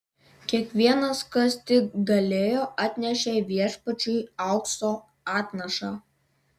kiekvienas kas tik galėjo atnešė viešpačiui aukso atnašą